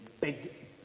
big